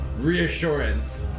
reassurance